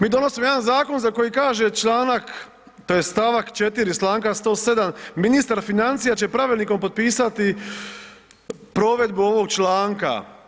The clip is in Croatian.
Mi donosimo jedan zakon za koji kaže članak tj. stavak 4. članka 107. ministar financija će pravilnikom potpisati provedbu ovog članka.